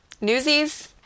Newsies